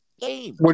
Game